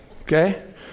Okay